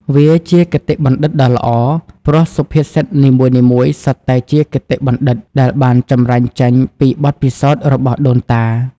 វាជាគតិបណ្ឌិតដ៏ល្អ ព្រោះសុភាសិតនីមួយៗសុទ្ធតែជាគតិបណ្ឌិត ដែលបានចម្រាញ់ចេញពីបទពិសោធន៍របស់ដូនតា។